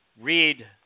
read